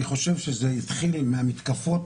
אני חושב שזה התחיל עם המתקפות